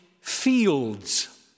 fields